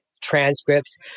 transcripts